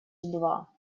два